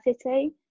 city